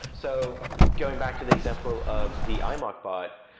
so going back to the example of the imoc bot,